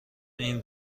این